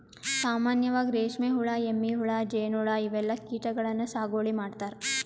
ಸಾಮಾನ್ಯವಾಗ್ ರೇಶ್ಮಿ ಹುಳಾ, ಎಮ್ಮಿ ಹುಳಾ, ಜೇನ್ಹುಳಾ ಇವೆಲ್ಲಾ ಕೀಟಗಳನ್ನ್ ಸಾಗುವಳಿ ಮಾಡ್ತಾರಾ